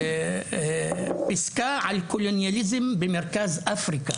ופיסקה על קולוניאליזם במרכז אפריקה?